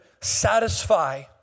satisfy